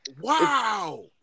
wow